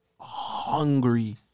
Hungry